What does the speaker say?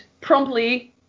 promptly